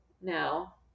now